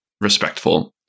respectful